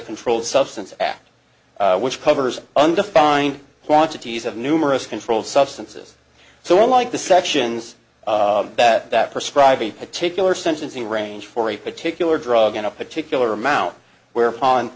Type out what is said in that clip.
controlled substance act which covers undefined quantities of numerous controlled substances so like the sections that prescribe a particular sentencing range for a particular drug in a particular amount where